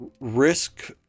risk